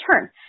turn